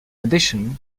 addition